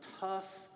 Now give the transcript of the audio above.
tough